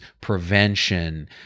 prevention